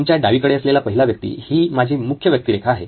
तुमच्या डावीकडे असलेला पहिला व्यक्ती ही माझी मुख्य व्यक्तिरेखा आहे